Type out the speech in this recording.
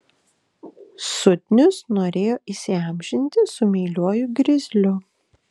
sudnius norėjo įsiamžinti su meiliuoju grizliu